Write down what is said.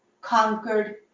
conquered